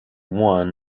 one